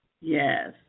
Yes